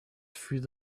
through